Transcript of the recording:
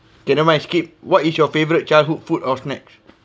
okay never mind skip what is your favourite childhood food or snack